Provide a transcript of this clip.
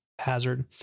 hazard